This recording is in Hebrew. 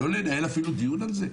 לא לנהל אפילו דיון על זה?